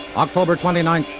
october twenty ninth,